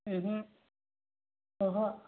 ओमहो अह'